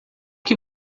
que